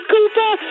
Cooper